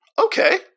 okay